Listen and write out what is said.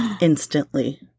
instantly